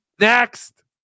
next